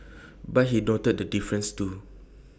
but he noted their differences too